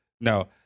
no